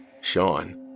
Sean